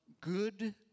good